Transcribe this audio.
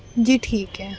جی ٹھیک ہے